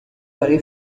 برا